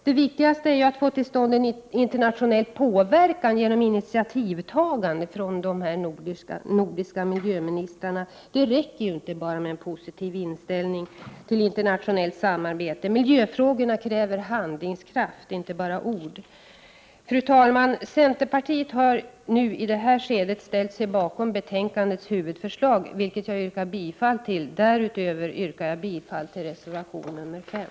Det viktiga är att få till stånd en internationell påverkan genom initiativtagande från de nordiska miljöministrarna. Det räcker inte med bara en positiv inställning till internationellt samarbete. Miljöfrågorna kräver handlingskraft, inte bara ord. Fru talman! Centerpartiet har i det här skedet ställt sig bakom betänkandets huvudförslag, vilket jag yrkar bifall till. Därutöver yrkar jag bifall till reservation nr 5.